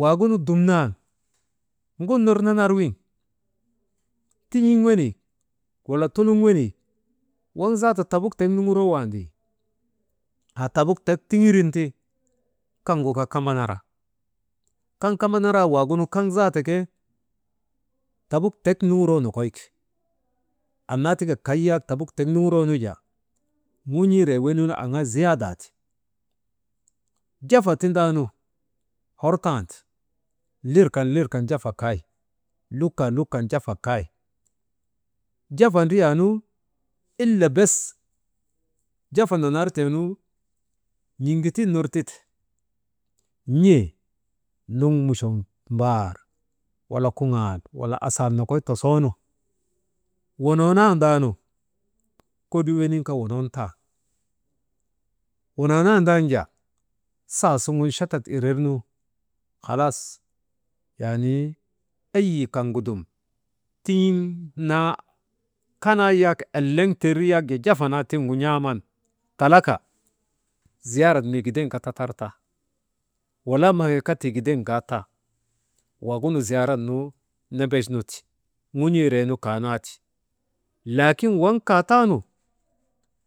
Waagunu dumnaan ŋun ner nanar wiŋ, tin̰iŋ wenii, wala tunuŋ wenii waŋ zaata tabuk tek nuŋuroowandii, haa tabu tek tiŋirin ti, kaŋgu kaa kambanara, kaŋ kambanaraa waagunu, kaŋ zaata ke tabuk tek nuŋuroo nokoy ki, annaa taka kay yaak tabuk tek nuŋuroonu jaa ŋun̰iiree weniinu aŋaa ziyaadaa ti. Jafa tindaanu hortaani, lir kan, lir kan jafa kay, luk kan, lukkan jafa kay, jafa driyaanu ile bes jafa nanarteenu n̰iŋgutun ner teti n̰e nuŋ muchoŋ mbaar wala kuŋaal, wala asaal nokoy tosoonu wunoonandaanu kolii wenin kaa wonon tan wonoonandan jaa saasuŋun chatat irernu, halas yaani eyi kaŋgu dum tiŋ naa kanaa yak eleŋ tir yak jafa naa tiŋgu n̰aaman, talaka ziyaarak mii gideŋ kaa, tatartan wala man̰ii kaa tiigidey gaatan. Waagunu ziyaarat nu nembech nu ti ŋun̰iiren kaataanu, laakin waŋ kaa tan nu